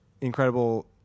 incredible